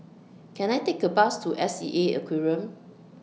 Can I Take A Bus to S E A Aquarium